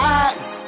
eyes